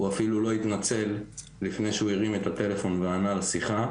הוא אפילו לא התנצל לפני שהוא הרים את הטלפון וענה לשיחה.